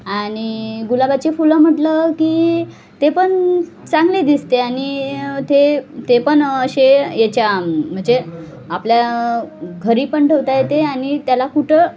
आणि गुलाबाचे फुलं म्हटलं की ते पण चांगले दिसते आणि ते ते पण असे याच्या म्हणजे आपल्या घरी पण ठेवता येते आणि त्याला कुठं